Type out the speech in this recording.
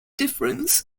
difference